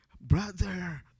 Brother